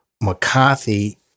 McCarthy